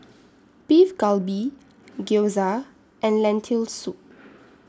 Beef Galbi Gyoza and Lentil Soup